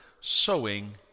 sowing